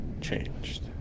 changed